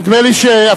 נדמה לי שאפילו